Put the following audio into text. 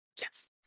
Yes